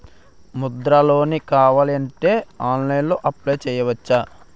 Mudra loan కావాలి అంటే ఆన్లైన్లో అప్లయ్ చేసుకోవచ్చా?